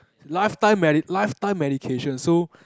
lifetime medi~ lifetime medication so